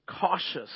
cautious